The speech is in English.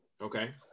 Okay